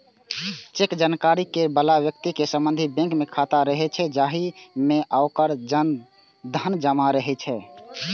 cheque जारी करै बला व्यक्ति के संबंधित बैंक मे खाता रहै छै, जाहि मे ओकर धन जमा रहै छै